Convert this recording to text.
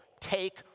take